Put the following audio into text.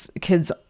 kids